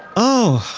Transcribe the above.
oh,